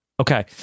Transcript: Okay